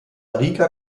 rica